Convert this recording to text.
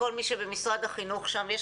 כל מי שבמשרד החינוך שם,